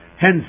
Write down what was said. Hence